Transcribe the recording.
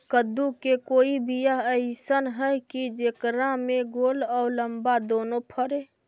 कददु के कोइ बियाह अइसन है कि जेकरा में गोल औ लमबा दोनो फरे?